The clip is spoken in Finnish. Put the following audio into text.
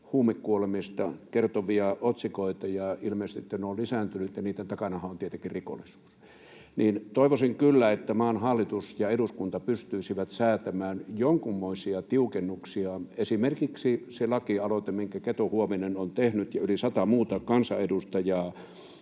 huumekuolemista kertovia otsikoita, ja ilmeisesti ne ovat lisääntyneet, ja niiden takanahan on tietenkin rikollisuus. Toivoisin kyllä, että maan hallitus ja eduskunta pystyisivät säätämään jonkunmoisia tiukennuksia. On esimerkiksi se lakialoite, minkä Keto-Huovinen on tehnyt mukana yli sata muuta kansanedustajaa,